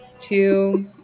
two